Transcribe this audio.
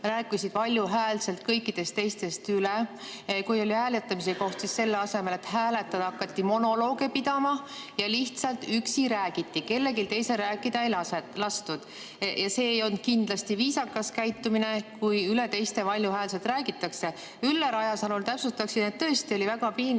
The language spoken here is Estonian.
rääkisid valjuhäälselt kõikidest teistest üle. Kui oli hääletamise aeg, siis selle asemel et hääletada, hakati monolooge pidama ja lihtsalt üksi räägiti, kellelgi teisel rääkida ei lastud. See ei ole kindlasti viisakas käitumine, kui üle teiste valjuhäälselt räägitakse. Ülle Rajasalule täpsustaksin, et tõesti oli väga piinlik